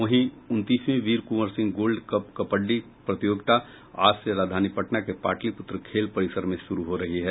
वहीं उनतीसवीं Veer Kunwar Singh gold cup kabaddi प्रतियोगिता आज से राजधानी पटना के पाटलिपुत्र खेल परिसर में शुरू हो रही है